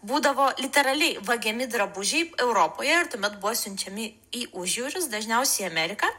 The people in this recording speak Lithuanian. būdavo literaliai vagiami drabužiai europoje ir tuomet buvo siunčiami į užjūrius dažniausiai į ameriką